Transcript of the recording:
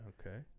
okay